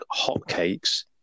hotcakes